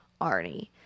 Arnie